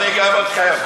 אני גם אתכם.